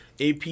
AP